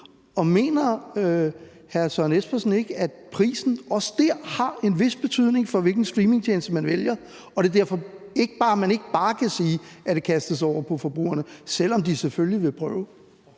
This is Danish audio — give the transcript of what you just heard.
ud. Mener hr. Søren Espersen ikke, at prisen også der har en vis betydning for, hvilken streamingtjeneste folk vælger, og at man derfor ikke bare kan sige, at det kastes over på forbrugerne, selv om de selvfølgelig vil prøve.